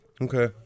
okay